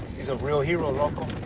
is a real hero local.